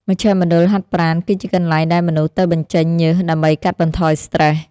មជ្ឈមណ្ឌលហាត់ប្រាណ គឺជាកន្លែងដែលមនុស្សទៅបញ្ចេញញើសដើម្បីកាត់បន្ថយស្ត្រេស។